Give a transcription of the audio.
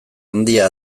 handia